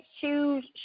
huge